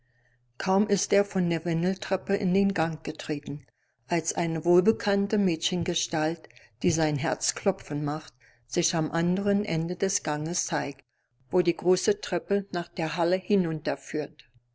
kaum ist er von der wendeltreppe in den gang getreten als eine wohlbekannte mädchengestalt die sein herz klopfen macht sich am anderen ende des ganges zeigt wo die große treppe nach der halle